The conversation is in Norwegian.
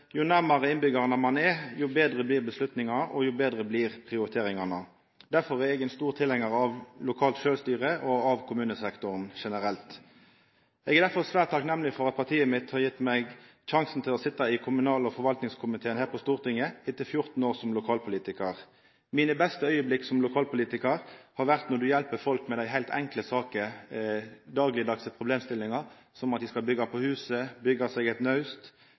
jo nærmare innbyggjarane ein er, jo betre blir vedtaka og jo betre blir prioriteringane. Derfor er eg ein stor tilhengar av lokalt sjølvstyre og av kommunesektoren generelt. Eg er derfor svært takknemleg for at partiet mitt har gitt meg sjansen til å sitja i kommunal- og forvaltningskomiteen her på Stortinget, etter 14 år som lokalpolitikar. Mine beste augneblink som lokalpolitikar har vore når eg har hjelpt folk med dei heilt enkle sakene, dei daglegdagse problemstillingane, som at dei skal byggja på huset, byggja seg eit naust,